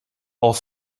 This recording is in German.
auch